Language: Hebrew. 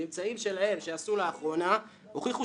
הממצאים שלהם שהוצגו לאחרונה הוכיחו